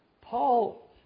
Paul